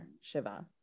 Shiva